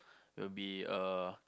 will be uh